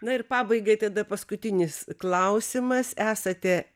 na ir pabaigai tada paskutinis klausimas esate